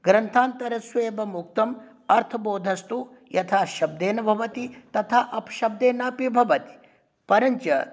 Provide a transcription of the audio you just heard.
ग्रन्थान्तरेषु एवम् उक्तं अर्थबोधस्तु यथा शब्देन भवति तथा अपशब्देन अपि भवति परञ्च